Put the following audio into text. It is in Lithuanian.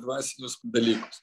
dvasinius dalykus